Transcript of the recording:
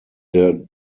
der